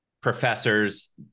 professors